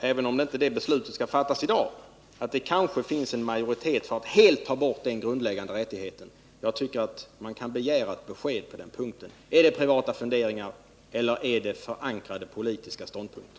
Även om det beslutet inte skall fattas i dag vet vi nu att det kanske finns en majoritet för att helt ta bort den grundläggande rättigheten. Jag tycker att man kan begära ett besked på den punkten: Är det privata funderingar eller är det förankrade politiska ståndpunkter?